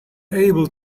able